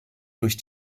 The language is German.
durch